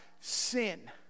sin